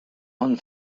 one